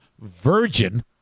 virgin